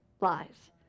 Lies